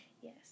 Yes